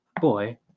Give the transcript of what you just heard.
Boy